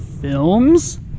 films